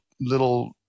little